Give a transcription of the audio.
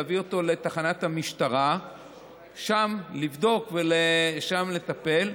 להביא אותו לתחנת המשטרה ושם לבדוק ושם לטפל,